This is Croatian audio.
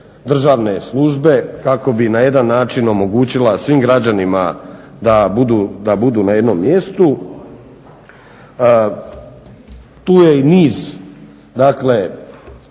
državne službe kako bi na jedan način omogućila svim građanima da budu na jednom mjestu. Tu je i niz dakle